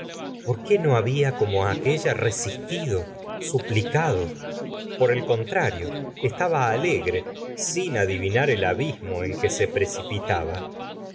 por qué no había como aquélla resistido suplicado por el contrario esta ba alegre sin adivinar el abismo en que se precipitaba